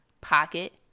pocket